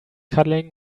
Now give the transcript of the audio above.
cuddling